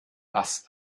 was